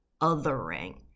othering